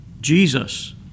Jesus